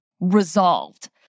resolved